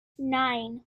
nine